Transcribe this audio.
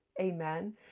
Amen